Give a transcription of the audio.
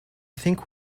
think